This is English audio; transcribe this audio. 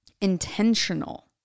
intentional